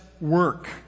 work